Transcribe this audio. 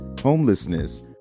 homelessness